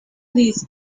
these